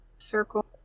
Circle